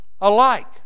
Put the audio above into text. alike